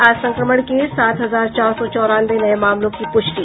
आज संक्रमण के सात हजार चार सौ चौरानवे नये मामलों की पुष्टि